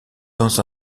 dans